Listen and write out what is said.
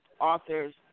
authors